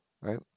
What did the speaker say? Right